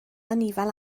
anifail